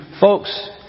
folks